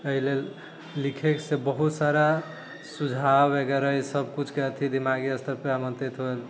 अइ लेल लिखैसँ बहुत सारा सुझाव वगैरह ई सब किछुके अथी दिमागी स्तरपर आमन्त्रित होल